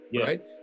right